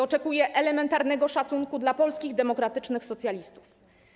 Oczekuję elementarnego szacunku dla polskich demokratycznych socjalistów.